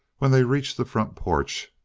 when they reached the front porch,